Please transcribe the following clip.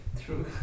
True